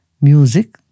music